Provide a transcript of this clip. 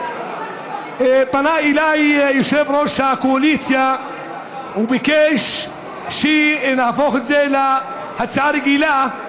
פנה אליי יושב-ראש הקואליציה וביקש שנהפוך את זה להצעה רגילה,